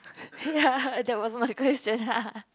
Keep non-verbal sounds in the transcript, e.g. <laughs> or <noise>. <laughs> ya that was my question <laughs>